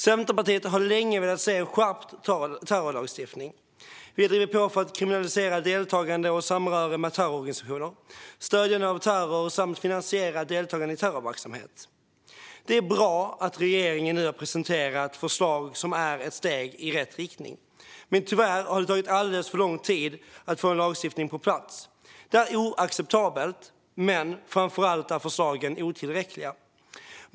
Centerpartiet har länge velat se en skärpt terrorlagstiftning. Vi har drivit på för att kriminalisera deltagande i och samröre med terrororganisationer, stödjande av terror och finansiering av deltagande i terrorverksamhet. Det är bra att regeringen nu har presenterat förslag som är ett steg i rätt riktning, men tyvärr har det tagit alldeles för lång tid att få en lagstiftning på plats. Det är oacceptabelt, men framför allt är förslagen otillräckliga.